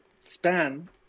span